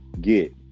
get